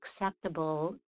acceptable